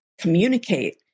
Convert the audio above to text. communicate